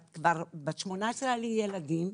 וכבר בגיל 18 היו לי ילדים,